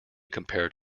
compared